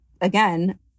again